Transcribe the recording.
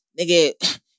nigga